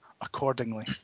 accordingly